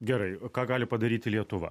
gerai ką gali padaryti lietuva